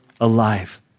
alive